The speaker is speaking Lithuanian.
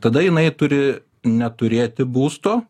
tada jinai turi neturėti būsto